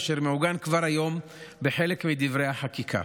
אשר מעוגן כבר היום בחלק מדברי החקיקה.